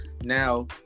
now